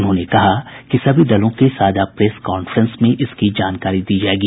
उन्होंने कहा कि सभी दलों के साझा प्रेस कांफ्रेंस में इसकी जानकारी दी जायेगी